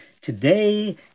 Today